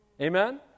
Amen